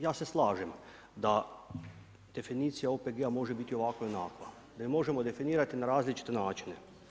Ja se slažem da definicija OPG-a može biti ovakva ili onakva, da je možemo definirati na različite načine.